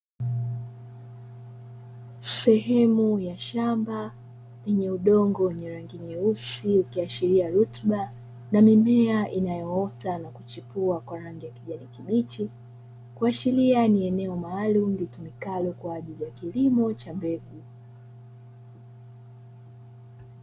Sehemu ya shamba yenye udongo wa rangi nyeusi ukiashiria rutuba na mimea inayoota na kuchipua kwa rangi ya kijani kibichi, kuashiria ni eneo maalumu litumikalo kwa ajili ya kilimo cha mbegu.